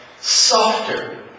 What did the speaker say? softer